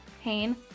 pain